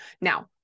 Now